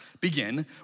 begin